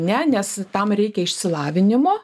ne nes tam reikia išsilavinimo